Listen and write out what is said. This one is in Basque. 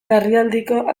larrialdiko